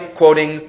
quoting